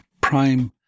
prime